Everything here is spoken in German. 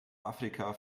afrika